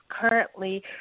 currently